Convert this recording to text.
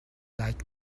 like